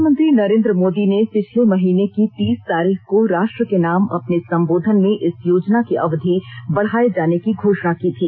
प्रधानमंत्री नरेंद्र मोदी ने पिछले महीने की तीस तारीख को राष्ट्र के नाम अपने संबोधन में इस योजना की अवधि बढाये जाने की घोषणा की थी